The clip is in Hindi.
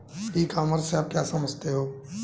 ई कॉमर्स से आप क्या समझते हो?